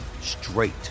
straight